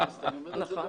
אני אומר את זה באמת.